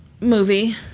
movie